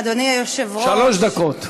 אדוני היושב-ראש, שלוש דקות.